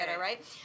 right